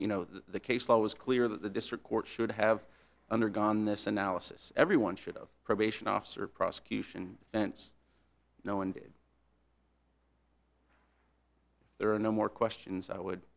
you know that the case law was clear that the district court should have undergone this analysis everyone should of probation officer prosecution bents know and there are no more questions i would